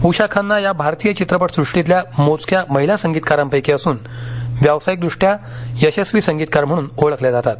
उषा खन्नाया भारतीय चित्रपट सृष्टीतल्या मोजक्यामहिला संगीतकारांपैकी असून व्यावसायिकदृष्टया यशस्वीसंगीतकार म्हणून ओळखल्या जातात